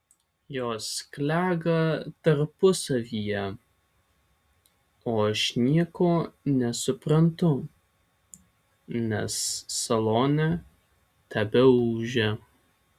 jos klega tarpusavyje o aš nieko nesuprantu nes salone tebeūžia